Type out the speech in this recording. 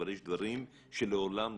אבל יש דברים שלעולם לא.